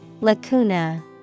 Lacuna